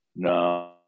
No